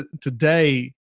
today